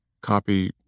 copy